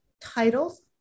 titles